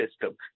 system